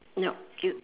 nope y~